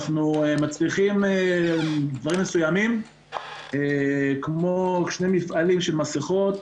אנחנו מצליחים דברים מסוימים כמו שני מפעלים של מסיכות,